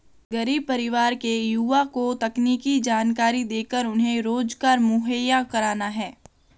गरीब परिवार के युवा को तकनीकी जानकरी देकर उन्हें रोजगार मुहैया कराना है